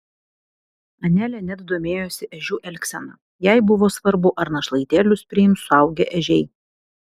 anelė net domėjosi ežių elgsena jai buvo svarbu ar našlaitėlius priims suaugę ežiai